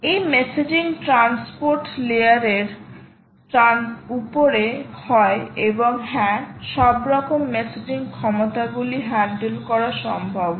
এই messaging transport লেয়ারের উপরে হয় এবং হ্যাঁ সবরকম মেসেজিং ক্ষমতাগুলি হ্যান্ডেল করা সম্ভব হয়